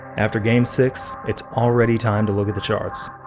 after game six, it's already time to look at the charts.